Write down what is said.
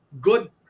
good